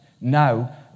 Now